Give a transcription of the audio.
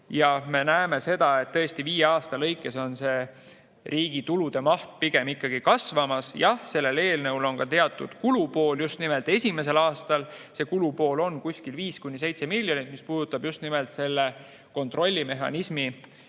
ja me näeme seda, et viie aasta lõikes on riigi tulude maht pigem ikkagi kasvamas. Jah, sellel eelnõul on ka teatud kulupool just nimel esimesel aastal. See kulupool on 5–7 miljonit, mis puudutab just nimelt selle kontrollimehhanismi